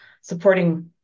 supporting